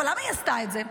אבל למה היא עשתה את זה?